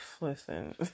listen